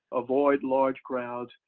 avoid large crowds,